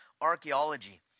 archaeology